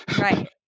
Right